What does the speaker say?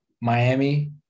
Miami